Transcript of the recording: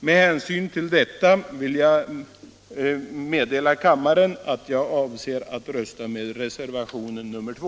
Med hänsyn till detta vill jag meddela kammaren att jag avser att rösta på reservationen 2.